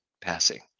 passing